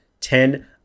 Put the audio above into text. ten